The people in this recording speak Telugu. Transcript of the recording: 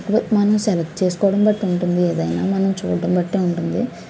ఏదో మనం సెలెక్ట్ చేసుకోవడం బట్టి ఉంటుంది ఏదైన మనం చూడడం బట్టి ఉంటుంది